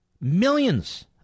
millions